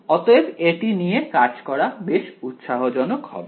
অতএব এটি নিয়ে কাজ করা বেশ উৎসাহজনক হবে